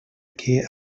què